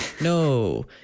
No